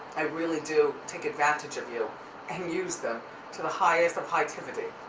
i really do take advantage of you and use them to the highest of hightivity.